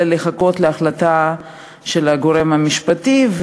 אלא לחכות להחלטה של הגורם המשפטי.